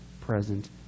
present